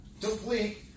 complete